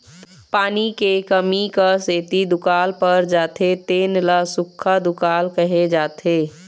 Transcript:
पानी के कमी क सेती दुकाल पर जाथे तेन ल सुक्खा दुकाल कहे जाथे